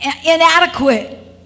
inadequate